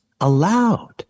allowed